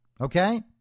Okay